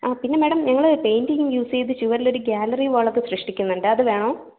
ആ പിന്നെ മേഡം ഞങ്ങൾ പെയിൻറ്റിംഗ് യൂസ് ചെയ്ത് ചുവരിലൊരു ഗ്യാലറി വാളൊക്കെ സൃഷ്ടിക്കുന്നുണ്ട് അത് വേണോ